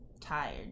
tired